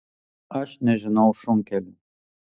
aš nežinau šunkelių